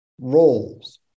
roles